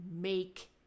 make